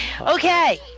Okay